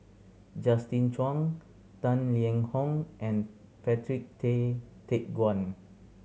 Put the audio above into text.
Justin Zhuang Tang Liang Hong and Patrick Tay Teck Guan